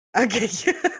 Okay